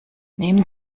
nehmen